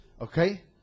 Okay